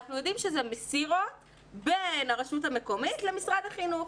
אנחנו יודעים שזה מסירות בין הרשות המקומית למשרד החינוך,